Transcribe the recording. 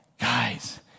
guys